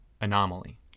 anomaly